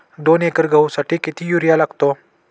दोन एकर गहूसाठी किती युरिया लागतो?